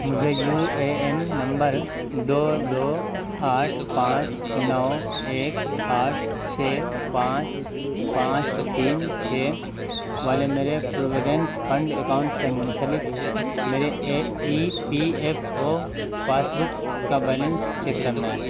مجھے U A N نمبر دو دو آٹھ پانچ نو ایک آٹھ چھ پانچ پانچ تین چھ والے میرے پروویڈنٹ فنڈ اکاؤنٹ سے منسلک میرے E P F O passbook کا بیلنس چیک کرنا ہے